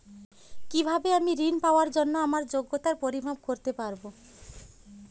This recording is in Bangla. কিভাবে আমি ঋন পাওয়ার জন্য আমার যোগ্যতার পরিমাপ করতে পারব?